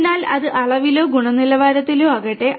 അതിനാൽ അത് അളവിലോ ഗുണനിലവാരത്തിലോ ആകട്ടെ